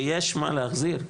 ויש מה להחזיר.